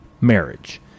marriage